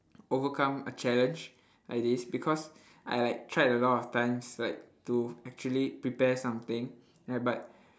overcome a challenge like this because I like tried a lot of times like to actually prepare something ya but